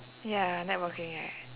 ya networking right